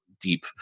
deep